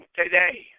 today